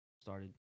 started